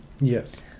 Yes